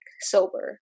sober